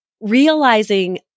realizing